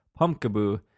Pumpkaboo